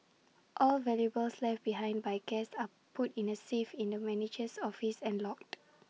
all valuables left behind by guests are put in A safe in the manager's office and logged